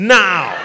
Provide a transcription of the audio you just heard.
now